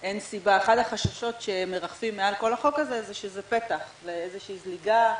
אחד החששות שמרחפים מעל כל החוק הזה הוא שזה פתח לאיזושהי זליגה,